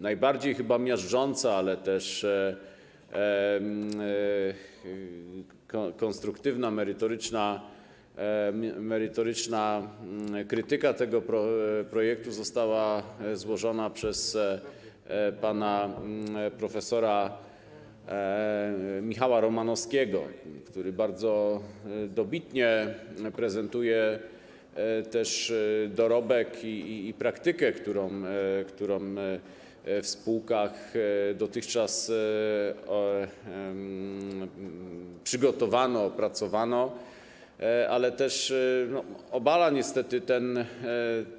Najbardziej chyba miażdżąca, ale też konstruktywna, merytoryczna krytyka tego projektu została złożona przez pana prof. Michała Romanowskiego, który bardzo dobitnie prezentuje też dorobek i praktykę, którą w spółkach dotychczas przygotowano, opracowano, ale też obala niestety